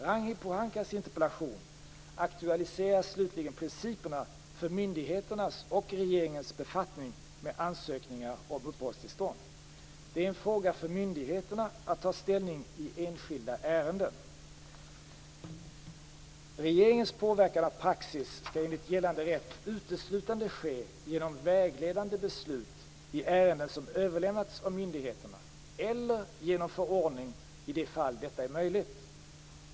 Ragnhild Pohankas interpellation aktualiserar slutligen principerna för myndigheternas och regeringens befattning med ansökningar om uppehållstillstånd. Det är en fråga för myndigheterna att ta ställning i enskilda ärenden. Regeringens påverkan av praxis skall enligt gällande rätt uteslutande ske genom vägledande beslut i ärenden som överlämnats av myndigheterna eller genom förordning i de fall där detta är möjligt.